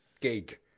gig